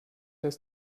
dass